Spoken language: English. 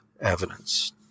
evidence